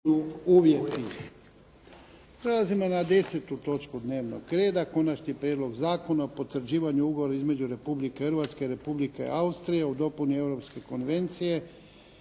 uvjeti. **Bebić, Luka (HDZ)** Konačni prijedlog Zakona o potvrđivanju ugovora između Republike Hrvatske i Republike Austrije o dopuni Europske konvencije